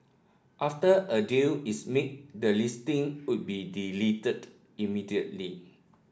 after a deal is made the listing would be deleted immediately